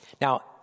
Now